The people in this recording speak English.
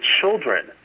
children